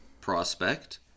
prospect